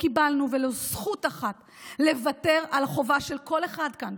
קיבלנו ולו זכות אחת לוותר על החובה של כל אחד כאן,